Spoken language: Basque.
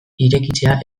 irekitzea